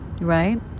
right